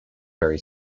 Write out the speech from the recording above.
ferry